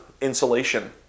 insulation